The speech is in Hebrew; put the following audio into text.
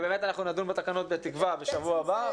ואנחנו נדון בתקנות בתקווה בשבוע הבא,